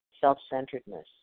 self-centeredness